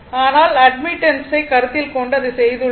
ஆனால் அட்மிட்டன்ஸை கருத்தில் கொண்டு அதை செய்துள்ளோம்